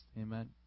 Amen